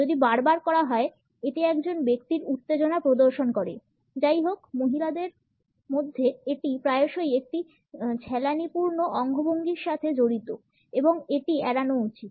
যদি বারবার করা হয় এটি একজন ব্যক্তির উত্তেজনা প্রদর্শন করে যাইহোক মহিলাদের মধ্যে এটি প্রায়শই একটি ছেলানিপূর্ণ অঙ্গভঙ্গির সাথে জড়িত এবং এটি এড়ানো উচিত